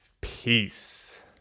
peace